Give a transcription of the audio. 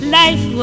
life